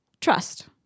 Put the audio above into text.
trust